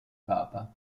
papa